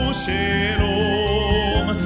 shalom